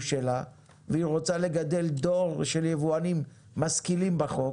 שלה והיא רוצה לגדל דור של יבואנים משכילים בחוק,